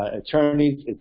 attorneys